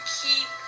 keep